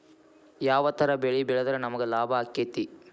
ಯಾವ ತರ ಬೆಳಿ ಬೆಳೆದ್ರ ನಮ್ಗ ಲಾಭ ಆಕ್ಕೆತಿ?